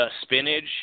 spinach